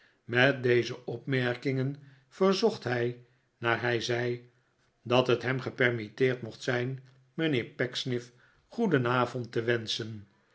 met deze opmerkingen verzocht hij naar hij zei dat het hem gepermitteerd mocht zijn mijnheer pecksniff goedenavond te wenschen